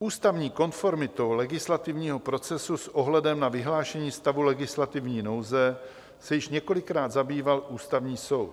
Ústavní konformitou legislativního procesu s ohledem na vyhlášení stavu legislativní nouze se již několikrát zabýval Ústavní soud.